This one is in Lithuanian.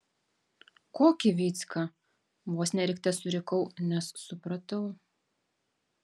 kokį vycka vos ne rikte surikau nes supratau